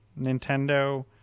Nintendo